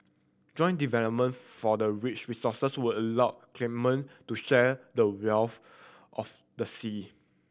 joint development for the rich resources would allow claimant to share the wealth of the sea